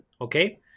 Okay